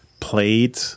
played